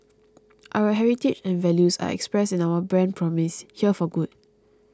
our heritage and values are expressed in our brand promise Here for good